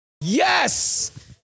Yes